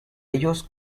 ellos